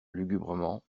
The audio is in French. lugubrement